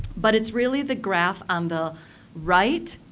but it's really the graph on the right,